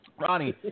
Ronnie